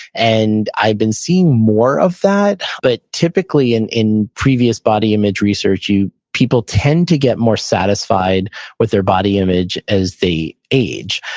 and i've been seeing more of that. but typically and in previous body image research, people tend to get more satisfied with their body image as they age.